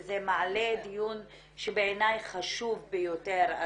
וזה מעלה דיון שבעיניי חשוב ביותר.